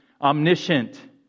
omniscient